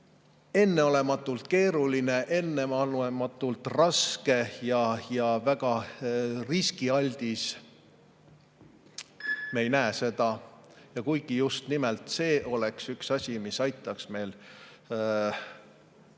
enneolematult keeruline, enneolematult raske ja väga riskialdis, me ei näe seda. Kuigi just nimelt see oleks üks asi, mis aitaks kaasa,